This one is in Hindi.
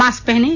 मास्क पहनें